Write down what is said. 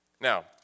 Now